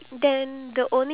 ya